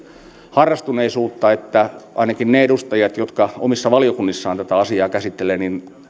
harrastuneisuutta että ainakin ne edustajat jotka omissa valiokunnissaan tätä asiaa käsittelevät